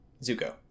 Zuko